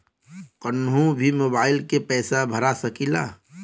कन्हू भी मोबाइल के पैसा भरा सकीला?